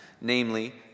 namely